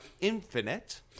Infinite